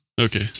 Okay